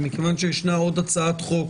ומכיוון שיש עוד הצעת חוק